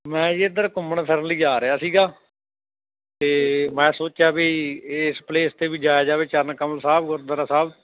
ਮੈਂ ਇੱਧਰ ਘੁੰਮਣ ਫਿਰਨ ਲਈ ਜਾ ਰਿਹਾ ਸੀਗਾ ਤਾਂ ਮੈਂ ਸੋਚਿਆ ਵੀ ਇਸ ਪਲੇਸ 'ਤੇ ਵੀ ਜਾਇਆ ਜਾਵੇ ਚਰਨ ਕਮਲ ਸਾਹਿਬ ਗੁਰਦੁਆਰਾ ਸਾਹਿਬ